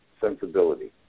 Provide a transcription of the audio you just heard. sensibility